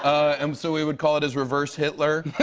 um so we would call it his reverse hitler.